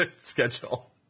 schedule